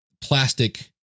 plastic